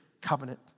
covenant